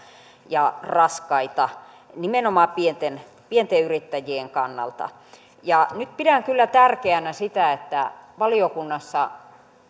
ja raskaita nimenomaan pienten pienten yrittäjien kannalta nyt pidän kyllä tärkeänä sitä että valiokunnassa